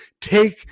take